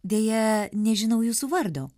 deja nežinau jūsų vardo